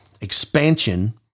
Expansion